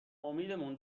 امیدمون